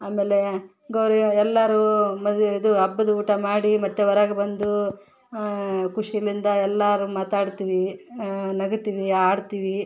ಆಮೇಲೆ ಗೌರಿ ಎಲ್ಲರೂ ಮದುವೆ ಇದು ಹಬ್ಬದ ಊಟ ಮಾಡಿ ಮತ್ತೆ ಹೊರಗ್ ಬಂದು ಖುಷಿಯಿಂದ ಎಲ್ಲರೂ ಮಾತಾಡ್ತೀವಿ ನಗುತೀವಿ ಆಡ್ತೀವಿ